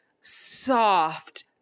soft